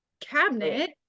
cabinet